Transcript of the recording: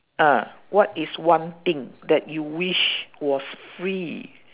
ah what is one thing that you wish was free